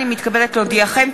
אני מתכבדת להודיעכם,